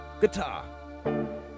Guitar